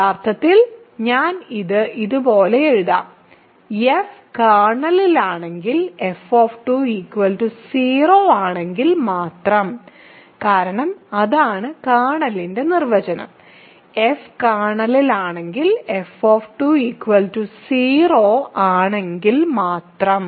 യഥാർത്ഥത്തിൽ ഞാൻ ഇത് ഇതുപോലെ എഴുതാം f കേർണലിലാണെങ്കിൽ f 0 ആണെങ്കിൽ മാത്രം കാരണം അതാണ് കേർണലിന്റെ നിർവചനം f കേർണലിലാണെങ്കിൽ f 0 ആണെങ്കിൽ മാത്രം